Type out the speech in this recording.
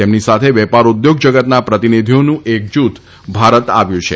તેમની સાથે વેપાર ઉદ્યોગ જગતના પ્રતિનિધીઓનું એક જૂથ પણ ભારત આવ્યું છે